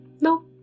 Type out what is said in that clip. No